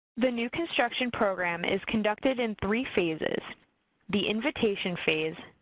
the new construction program is conducted in three phases the invitation phase,